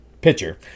Pitcher